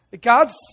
God's